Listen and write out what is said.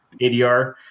adr